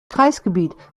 kreisgebiet